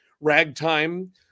Ragtime